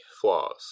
flaws